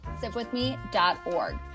sipwithme.org